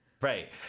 right